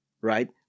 right